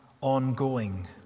ongoing